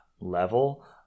level